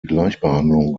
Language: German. gleichbehandlung